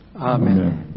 Amen